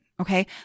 Okay